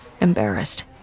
embarrassed